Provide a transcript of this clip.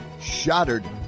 Shattered